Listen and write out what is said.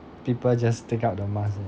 people just take out the mask and